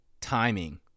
timing